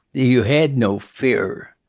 you had no fear